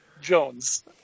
Jones